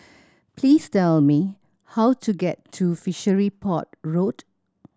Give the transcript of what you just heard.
please tell me how to get to Fishery Port Road